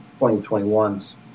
2021's